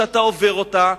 שכאשר אתה עובר אותה,